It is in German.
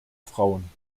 frauen